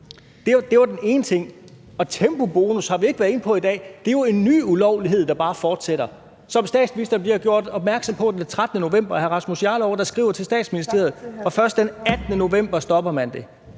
Det var den ene ting. Og tempobonus har vi ikke været inde på i dag. Det er jo en ny ulovlighed, der bare fortsætter, og som statsministeren bliver gjort opmærksom på den 13. november af hr. Rasmus Jarlov, der skriver til Statsministeriet, og først den 18. november stopper man det.